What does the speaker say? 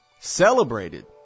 celebrated